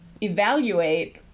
evaluate